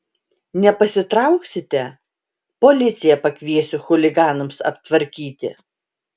nepasitrauksite policiją pakviesiu chuliganams aptvarkyti